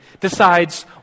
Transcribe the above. decides